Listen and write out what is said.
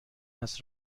است